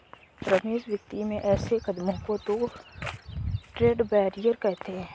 रमेश वित्तीय में ऐसे कदमों को तो ट्रेड बैरियर कहते हैं